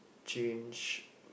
change